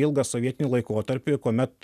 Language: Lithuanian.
ilgą sovietinį laikotarpį kuomet